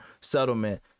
settlement